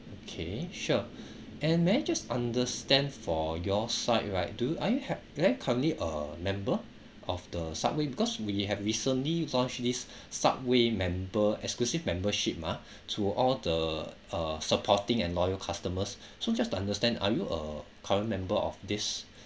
okay sure and may I just understand for your side right do are you have are you currently a member of the subway because we have recently launched this subway member exclusive membership mah to all the uh supporting and loyal customers so just to understand are you a current member of this